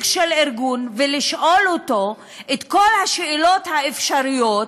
של ארגון ולשאול אותו את כל השאלות האפשריות,